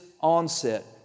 onset